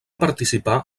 participar